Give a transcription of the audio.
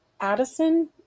Addison